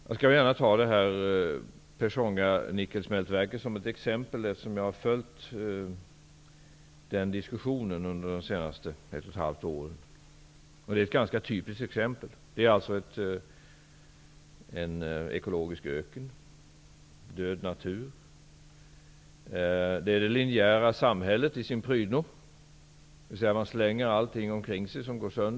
Jag skall gärna ta Pechonga-nickelsmältverket som ett exempel, eftersom jag har följt den diskussionen under de senaste ett och ett halvt åren. Det är ett ganska typiskt exempel. Det rör sig om en ekologisk öken och död natur. Det representerar det linjära samhället i sin prydno. Man slänger allt som går sönder omkring sig.